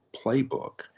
playbook